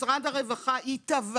משרד הרווחה יתבע